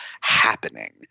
happening